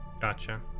Gotcha